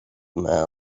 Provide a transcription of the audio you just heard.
man